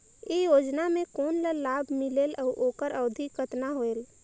ये योजना मे कोन ला लाभ मिलेल और ओकर अवधी कतना होएल